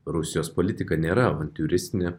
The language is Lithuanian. rusijos politika nėra avantiūristinė